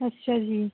ਅੱਛਾ ਜੀ